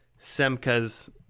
Semka's